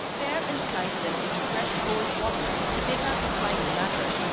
pare and slice them into fresh cold water, to take out the slimy matter.